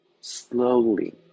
slowly